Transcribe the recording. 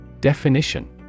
Definition